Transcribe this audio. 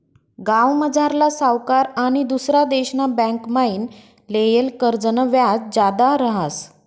गावमझारला सावकार आनी दुसरा देशना बँकमाईन लेयेल कर्जनं व्याज जादा रहास